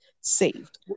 saved